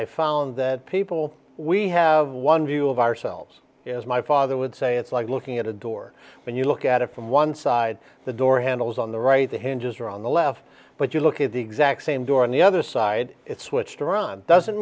i found that people we have one view of ourselves is my father would say it's like looking at a door when you look at it from one side the door handles on the right the hinges are on the left but you look at the exact same door on the other side it's which to run doesn't